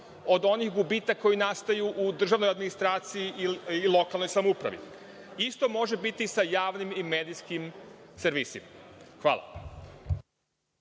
od onih gubitaka koji nastaju u državnoj administraciji i lokalnoj samoupravi. Isto može biti sa javnim medijskim servisima. Hvala.